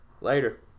Later